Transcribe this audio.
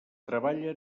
treballa